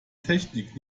technik